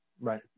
Right